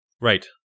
Right